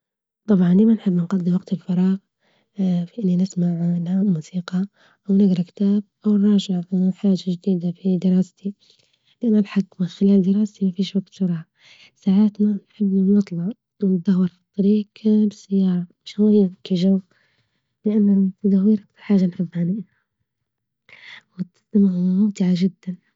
طبعا دايما نحب نقضي وقت الفراغ إن نسمع أنغام موسيقى أو نجرا كتاب أو نراجع على حاجة جديدة في دراستي، إنما الحج من خلال دراستي مفيش وجت صراحة ساعات ن نحب نطلع ونتدهور في الطريج بالسيارة شالله يعجبك الجو لأن التدهوير أكتر حاجة نحبها أني وتسلية ممتعة جدا.